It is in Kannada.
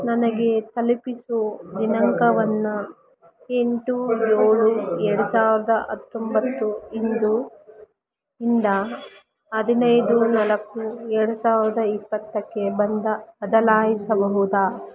ನನಗೆ ತಲುಪಿಸೋ ದಿನಾಂಕವನ್ನು ಎಂಟು ಏಳು ಎರಡು ಸಾವಿರದ ಹತ್ತೊಂಬತ್ತು ಇಂದು ಇಂದ ಹದಿನೈದು ನಾಲ್ಕು ಎರಡು ಸಾವಿರದ ಇಪ್ಪತ್ತಕ್ಕೆ ಬಂದ ಬದಲಾಯಿಸಬಹುದೇ